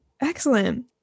Excellent